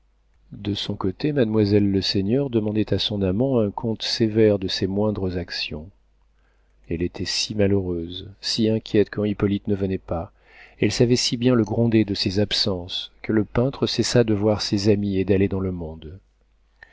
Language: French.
de son côté mademoiselle leseigneur demandait à son amant un compte sévère de ses moindres actions elle était si malheureuse si inquiète quand hippolyte ne venait pas elle savait si bien le gronder de ses absences que le peintre cessa de voir ses amis et d'aller dans le monde